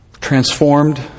transformed